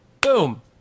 Boom